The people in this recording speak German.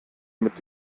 mit